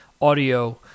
audio